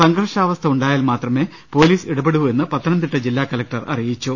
സംഘർഷാവസ്ഥ ഉണ്ടായാൽ മാത്രമേ പൊലീസ് ഇടപെടൂവെന്ന് പത്തനംതിട്ട ജില്ലാ കലക്ടർ അറിയിച്ചു